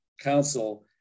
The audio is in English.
council